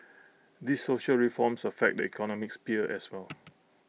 these social reforms affect the economic sphere as well